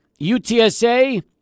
UTSA